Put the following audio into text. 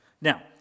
Now